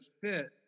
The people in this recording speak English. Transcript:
fit